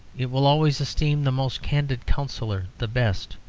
it will always esteem the most candid counsellor the best.